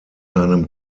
seinem